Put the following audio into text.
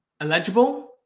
eligible